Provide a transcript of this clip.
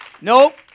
Nope